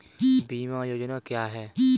बीमा योजना क्या है?